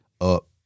up